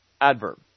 adverb